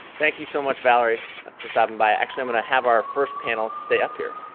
thank you so much, valerie for stopping by. actually i'm going to have our first panel stay up here.